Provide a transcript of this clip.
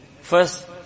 First